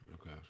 Okay